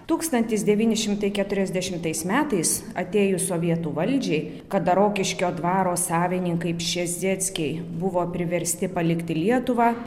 tūkstantis devyni šimtai keturiasdešimtais metais atėjus sovietų valdžiai kada rokiškio dvaro savininkai pšezdzieckiai buvo priversti palikti lietuvą